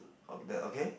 the okay